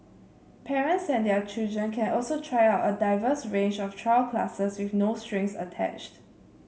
parents and their children can also try out a diverse range of trial classes with no strings attached